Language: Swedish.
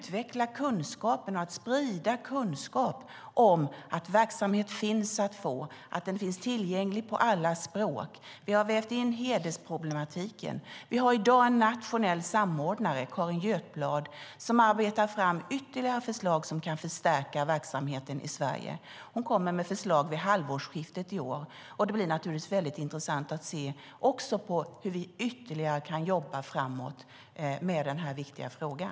Hon kommer med förslag vid halvårsskiftet i år, och det blir naturligtvis väldigt intressant att se hur vi ytterligare kan jobba framåt med den här viktiga frågan.